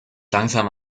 langsam